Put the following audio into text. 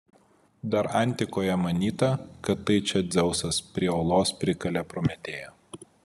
dar antikoje manyta kad tai čia dzeusas prie uolos prikalė prometėją